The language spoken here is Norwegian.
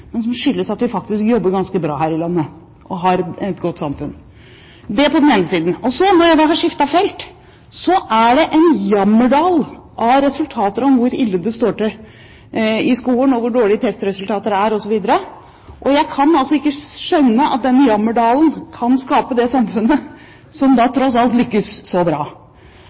men at vi faktisk jobber ganske bra her i landet – og har et godt samfunn? Og så, når jeg da har skiftet felt, er det en jammerdal av resultater om hvor ille det står til i skolen, og hvor dårlige testresultater det er, osv. Jeg kan altså ikke skjønne at den jammerdalen kan skape det samfunnet som tross alt lykkes så bra.